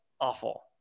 awful